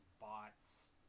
bots